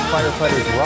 Firefighter's